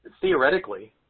Theoretically